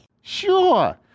Sure